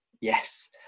yes